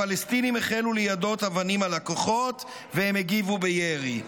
הפלסטינים החלו ליידות אבנים על הכוחות והם הגיבו בירי.